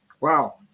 Wow